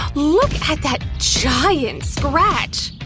look at that giant scratch!